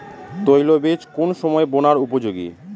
তৈল বীজ কোন সময় বোনার উপযোগী?